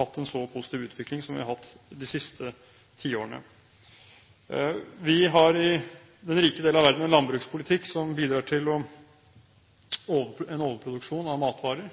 hatt en så positiv utvikling som vi har hatt de siste tiårene. Vi har i den rike del av verden en landbrukspolitikk som bidrar til en overproduksjon av matvarer,